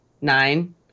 nine